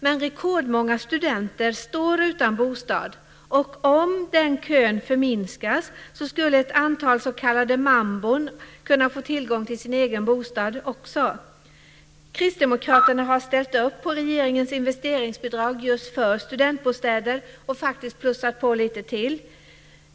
Men rekordmånga studenter står utan bostad. Om den kön minskades skulle ett antal s.k. mambor också kunna få tillgång till en egen bostad. Kristdemokraterna har ställt upp på regeringens investeringsbidrag just för studentbostäder och faktiskt plussat på lite till.